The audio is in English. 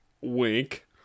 Wink